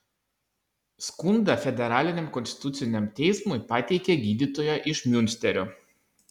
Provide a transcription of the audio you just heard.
skundą federaliniam konstituciniam teismui pateikė gydytoja iš miunsterio